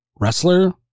wrestler